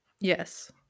Yes